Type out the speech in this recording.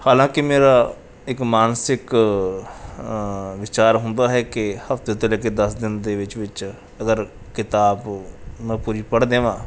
ਹਾਲਾਂਕਿ ਮੇਰਾ ਇੱਕ ਮਾਨਸਿਕ ਵਿਚਾਰ ਹੁੰਦਾ ਹੈ ਕਿ ਹਫਤੇ ਤੋਂ ਲੈ ਕੇ ਦਸ ਦਿਨ ਦੇ ਵਿੱਚ ਵਿੱਚ ਅਗਰ ਕਿਤਾਬ ਮੈਂ ਪੂਰੀ ਪੜ੍ਹ ਦੇਵਾਂ